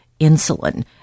insulin